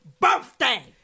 birthday